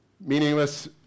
Meaningless